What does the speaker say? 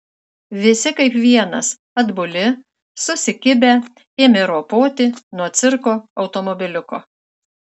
visi kaip vienas atbuli susikibę ėmė ropoti nuo cirko automobiliuko